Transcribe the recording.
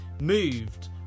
moved